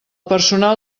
personal